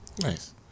Nice